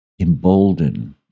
embolden